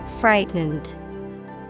Frightened